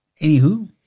Anywho